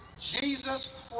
Jesus